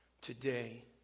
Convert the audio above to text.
today